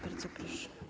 Bardzo proszę.